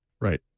Right